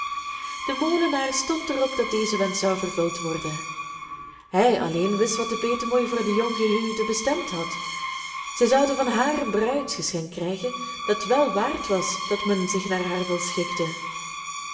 de molenaar stond er op dat deze wensch zou vervuld worden hij alleen wist wat de petemoei voor de jonggehuwden bestemd had zij zouden van haar een bruidsgeschenk krijgen dat wel waard was dat men zich naar haar wil schikte